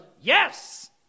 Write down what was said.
yes